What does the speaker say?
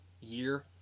year